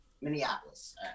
Minneapolis